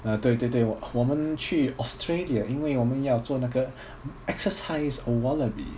啊对对对我我们去 australia 因为我们要做那个 exercise wallaby